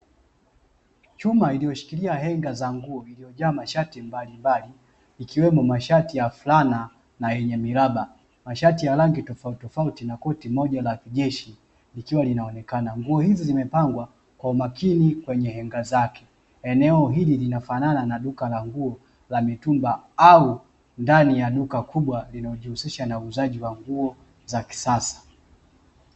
Chuma iliyo shikilia enga za nguo ya mashati mbalimbali. Ikiwemo mashati ya flannel na yenye miraba. Mashati ya rangi tofauti tofauti huko ni koti moja la kijeshi ikiwa linaonekana. Nguo hizi zimepangwa kwa umakini kwenye henga zake. Eneo hili linafanana na duka la nguo za mitumba au ndani ya duka kubwa linalojihusisha na uuzaji wa nguo za kisasa. Akija kumfanya yeye kulipe fine. Halafu atajua ni nguo kubwa.